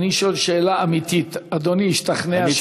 אני שואל שאלה אמיתית: אדוני השתכנע,